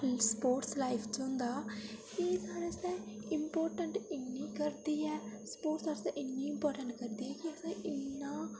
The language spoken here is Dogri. ई स्पोर्टस लाईफ बिच होंदा शरीर बनाना स्पोर्टस आस्तै इंपोर्टेंट इ'न्ना करदी ऐ की असें